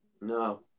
No